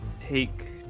take